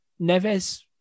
Neves